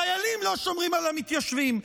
חיילים לא שומרים על המתיישבים.